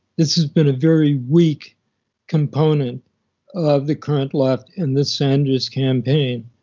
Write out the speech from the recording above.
this has been a very weak component of the current left and the sanders campaign.